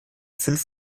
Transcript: fünf